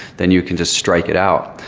then you can just strike it out.